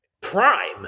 prime